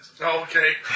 okay